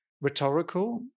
rhetorical